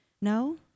No